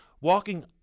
walking